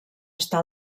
està